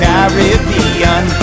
Caribbean